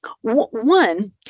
One